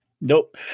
Nope